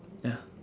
ya